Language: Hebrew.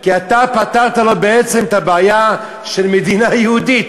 כי אתה פתרת לו בעצם את הבעיה של מדינה יהודית.